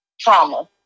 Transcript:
trauma